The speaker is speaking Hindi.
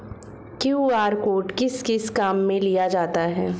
क्यू.आर कोड किस किस काम में लिया जाता है?